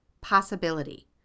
possibility